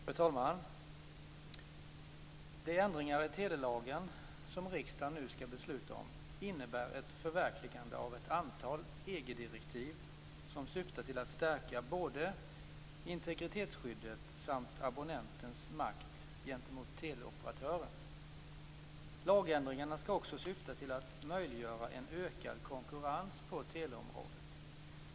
Fru talman! De ändringar i telelagen som riksdagen nu skall besluta om innebär ett förverkligande av ett antal EG-direktiv, som syftar till att stärka både integritetsskyddet samt abonnentens makt gentemot teleoperatören. Lagändringarna skall också syfta till att möjliggöra en ökad konkurrens på teleområdet.